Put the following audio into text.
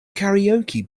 karaoke